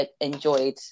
enjoyed